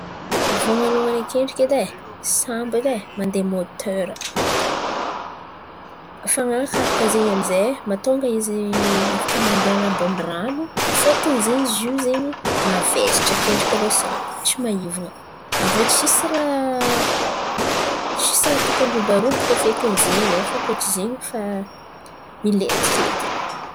Vônalohan̈y akendriky edy ai, sambo edy ai mandeha motera. Fan̈arakaraka izy amin'zay matonga izy mandeha an̈abon̈y ran̈o fôton̈y izy io zen̈y mavesatra akendriky tsy maivan̈a. Avô tsisy rahà tokon̈y robarobaka fekin̈y zen̈y ao fa kôa tsy zen̈y efa milentiky edy.